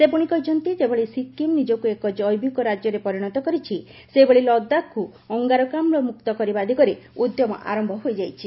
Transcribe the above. ସେ ପୁଣି କହିଛନ୍ତି ଯେଭଳି ସିକ୍କିମ ନିଜକୁ ଏକ ଜୈବିକ ରାଜ୍ୟରେ ପରିଣତ କରିଛି ସେହିଭଳି ଲଦାଖକୁ ଅଙ୍ଗାରକାମୁ ମ୍ରକ୍ତ କରିବା ଦିଗରେ ଉଦ୍ୟମ ଆରମ୍ଭ ହୋଇଯାଇଛି